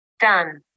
Done